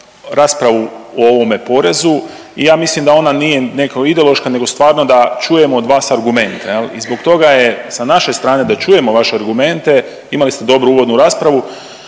raspravu o ovome porezu i ja mislim da ona nije neka ideološka, nego stvarno da čujemo od vas argumente. I zbog toga je sa naše strane da čujemo vaše argumente. Imali ste dobru uvodnu raspravu.